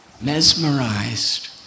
mesmerized